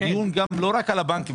הדיון גם לא רק על הבנקים,